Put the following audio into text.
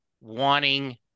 wanting